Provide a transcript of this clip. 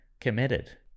committed